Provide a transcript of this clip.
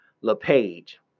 LePage